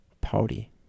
party